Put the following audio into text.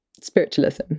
spiritualism